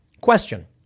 Question